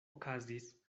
okazis